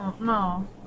No